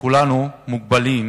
כולנו מוגבלים,